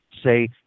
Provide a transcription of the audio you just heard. Say